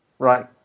Right